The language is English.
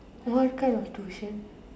what kind of tuition